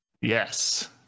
yes